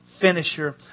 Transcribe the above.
finisher